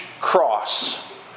cross